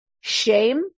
Shame